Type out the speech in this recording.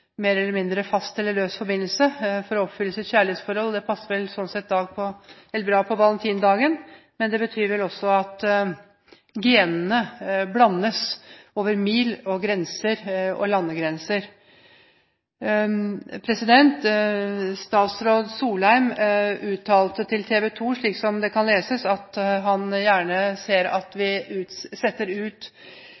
mer eller mindre fast eller løs forbindelse for å oppfylle sitt kjærlighetsforhold. Det passer bra på valentinsdagen, men det betyr vel også at genene blandes over mil og grenser og landegrenser. Statsråd Solheim uttalte til TV 2, slik det kan leses, at han gjerne ser at vi